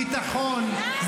ביטחון,